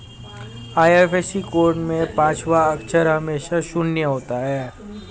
IFSC code में पांचवा अक्षर हमेशा शून्य होता है